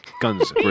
Guns